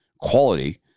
quality